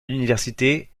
l’université